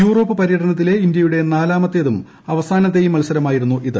Europe പര്യടനത്തിലെ ഇന്ത്യയുടെ നാലാമത്തേയും അവസാനത്തെയും മത്സരമായിരുന്നു ഇത്